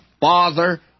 Father